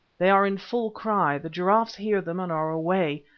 they are in full cry the giraffes hear them and are away,